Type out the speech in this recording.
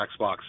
Xbox